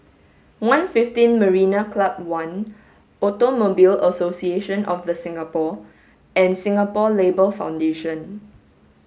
one fifteen Marina Club One Automobile Association of The Singapore and Singapore Labour Foundation